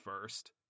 first